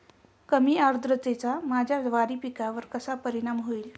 कमी आर्द्रतेचा माझ्या ज्वारी पिकावर कसा परिणाम होईल?